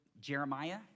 Jeremiah